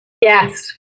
Yes